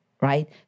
right